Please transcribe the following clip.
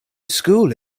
school